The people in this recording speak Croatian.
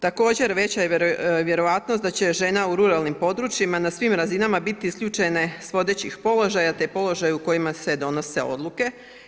Također veća je vjerojatnost da će žena u ruralnim područja na svim razinama biti isključene s vodećih položaja, te položaja u kojima se donose odluke.